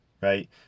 right